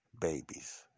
babies